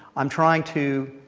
i'm trying to